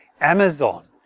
Amazon